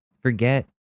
forget